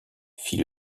fit